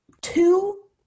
two